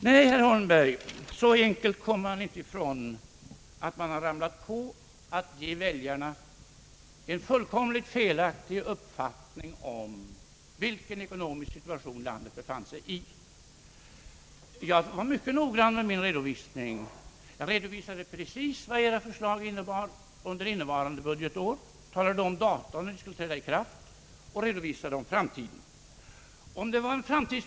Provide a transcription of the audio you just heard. Nej, herr Holmberg, så enkelt kommer man inte ifrån det faktum att man givit väljarna en fullkomligt felaktig uppfattning om vilken ekonomisk situation landet befinner sig i. Jag var mycket noggrann i min redovisning, där jag exakt förklarade vad edra förslag innebar under innevarande budgetår, jag nämnde data då de skulle träda i kraft och redovisade verkningarna för framtiden.